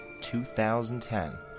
2010